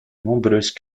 nombreuses